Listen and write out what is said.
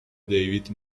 دیوید